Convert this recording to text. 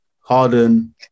Harden